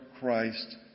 Christ